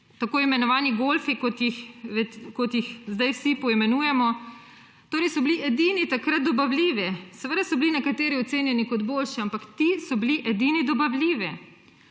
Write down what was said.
tako imenovani golfi, kot jih zdaj vsi poimenujemo, so bili edini takrat dobavljivi. Seveda so bili nekateri ocenjeni kot boljši, ampak ti so bili edini dobavljivi.